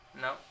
No